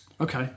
Okay